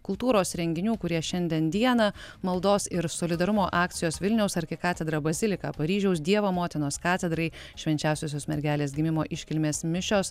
kultūros renginių kurie šiandien dieną maldos ir solidarumo akcijos vilniaus arkikatedra bazilika paryžiaus dievo motinos katedrai švenčiausiosios mergelės gimimo iškilmės mišios